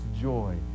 joy